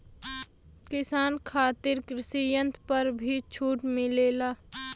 किसान खातिर कृषि यंत्र पर भी छूट मिलेला?